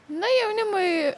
na jaunimui